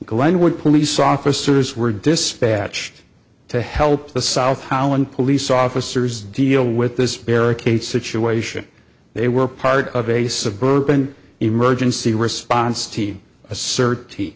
glenwood police officers were dispatched to help the south holland police officers deal with this barricade situation they were part of a suburban emergency response team assert